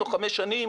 תוך חמש שנים,